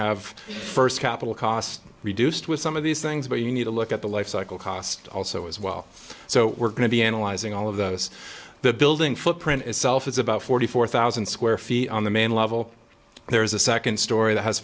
have first capital cost reduced with some of these things but you need to look at the lifecycle cost also as well so we're going to be analyzing all of those the building footprint itself is about forty four thousand square feet on the main level there is a second story that has